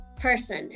person